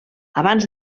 abans